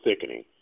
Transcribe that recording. thickening